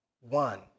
one